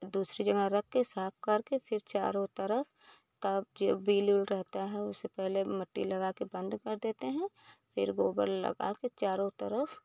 दूसरी जगह रख कर साफ़ करके फिर चारों तरफ़ का जो बिल उल रहती है उसे पहले मट्टी लगा कर बंद कर देते हैं फिर गोबर लगा कर चारों तरफ़